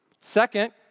Second